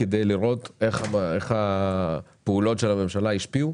המבקר כדי לראות איך הפעולות של הממשלה השפיעו.